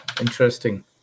interesting